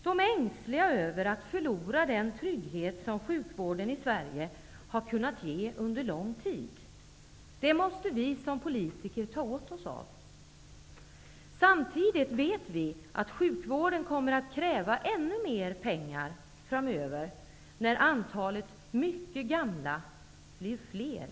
De är ängsliga för att de skall förlora den trygghet som sjukvården i Sverige har kunnat ge under lång tid. Det måste vi som politiker ta till oss. Samtidigt vet vi att sjukvården kommer att kräva ännu mer pengar framöver, när antalet mycket gamla människor blir fler.